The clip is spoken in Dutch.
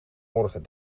morgen